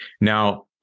Now